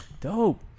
Dope